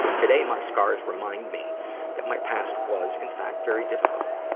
today, my scars remind me that my past was, in fact, very difficult.